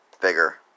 bigger